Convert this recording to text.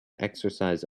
exercise